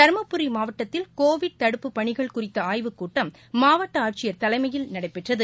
தருமபுரி மாவட்டத்தில் கோவிட் தடுப்பு பணிகள் குறித்த ஆய்வுக்கூட்டம் மாவட்ட ஆட்சியர் தலைமையில் நடைபெற்றது